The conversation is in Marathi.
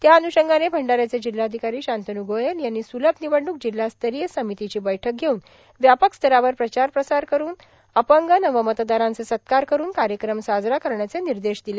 त्याअन्षंगाने भंडाऱ्याचे जिल्हाधिकारी शांतनू गोयल यांनी सूलभ निवडणूक जिल्हास्तरीय समितीची बैठक घेऊन व्यापक स्तरावर प्रचार प्रसार करुन अपंग नव मतदारांचे सत्कार करुन कार्यक्रम साजरा करण्याचे निर्देश दिले